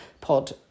pod